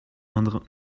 indre